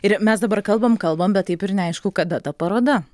ir mes dabar kalbam kalbam bet taip ir neaišku kada ta paroda